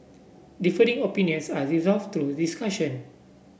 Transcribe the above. differing opinions are resolved through discussion